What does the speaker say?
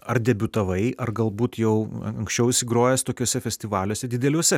ar debiutavai ar galbūt jau anksčiau grojęs tokiuose festivaliuose dideliuose